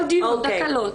כל דיון תקלות.